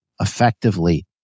effectively